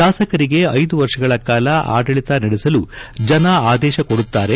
ಶಾಸಕರಿಗೆ ಐದು ವರ್ಷಗಳ ಕಾಲ ಆಡಳಿತ ನಡೆಸಲು ಜನ ಆದೇಶ ಕೊಡುತ್ತಾರೆ